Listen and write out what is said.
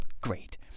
great